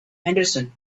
henderson